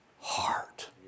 heart